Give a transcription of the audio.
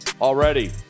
Already